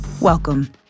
welcome